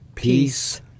Peace